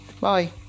Bye